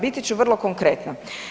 Biti ću vrlo konkretna.